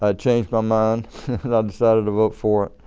ah changed my mind and decided to vote for it.